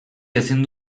ezin